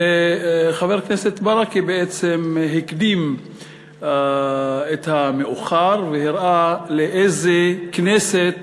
וחבר הכנסת ברכה בעצם הקדים את המאוחר והראה לאיזה כנסת